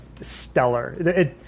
stellar